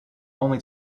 only